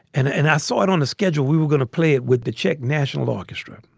and and i saw it on a schedule. we were gonna play it with the czech national orchestra.